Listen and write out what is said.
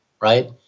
right